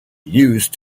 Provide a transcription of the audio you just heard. used